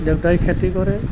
দেউতাই খেতি কৰে